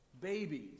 Babies